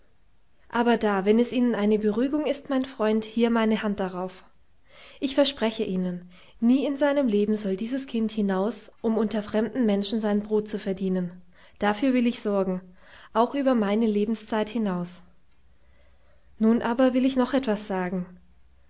aber da wenn es ihnen eine beruhigung ist mein freund hier meine hand darauf ich verspreche ihnen nie in seinem leben soll dieses kind hinaus um unter fremden menschen sein brot zu verdienen dafür will ich sorgen auch über meine lebenszeit hinaus nun aber will ich noch etwas sagen